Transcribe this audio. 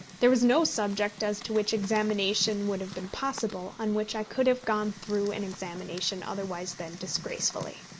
there was no subject as to which examination would have been possible on which i could have gone through an examination otherwise than disgracefully.